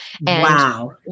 Wow